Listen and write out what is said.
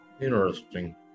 Interesting